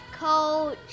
Coach